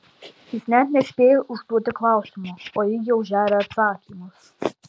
jis net nespėja užduoti klausimo o ji jau žeria atsakymus